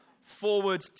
forward